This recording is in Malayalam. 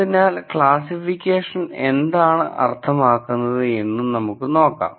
അതിനാൽ ക്ലാസ്സിഫിക്കേഷൻ എന്താണ് അർത്ഥമാക്കുന്നത് എന്ന് നമുക്ക് നോക്കാം